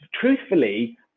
truthfully